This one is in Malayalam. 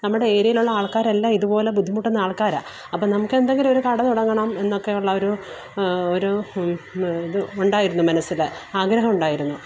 നമ്മുടെ ഏരിയയിലുള്ള ആള്ക്കാരെല്ലാം ഇതുപോലെ ബുദ്ധിമുട്ടുന്ന ആള്ക്കാരാണ് അപ്പം നമുക്കെന്തെങ്കിലും ഒരു കട തുടങ്ങണം എന്നൊക്കെ ഉള്ള ഒരു ഒരു ഇത് ഉണ്ടായിരുന്നു മനസ്സിൽ ആഗ്രഹം ഉണ്ടായിരുന്നു